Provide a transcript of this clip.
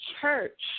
church